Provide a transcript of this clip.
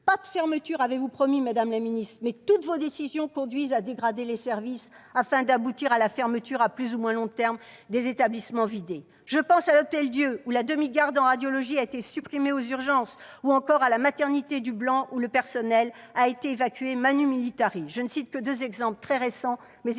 Pas de fermetures », avez-vous promis, madame la ministre. Mais toutes vos décisions conduisent à dégrader des services, afin d'aboutir à la fermeture, à plus ou moins long terme, des établissements visés. Je pense à l'Hôtel-Dieu, où la demi-garde en radiologie a été supprimée aux urgences, ou encore à la maternité du Blanc, où le personnel a été évacué ! Je ne cite que deux exemples très récents, mais il